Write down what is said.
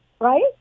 right